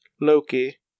Loki